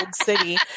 city